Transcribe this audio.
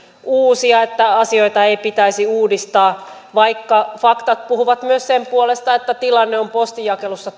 ja että asioita ei pitäisi uudistaa vaikka faktat puhuvat myös sen puolesta että tilanne on postinjakelussa